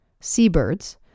seabirds